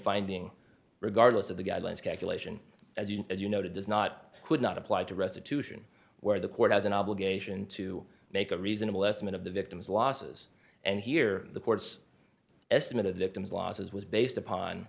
finding regardless of the guidelines calculation as you as you noted does not could not apply to restitution where the court has an obligation to make a reasonable estimate of the victim's losses and here the court's estimate of victim's losses was based upon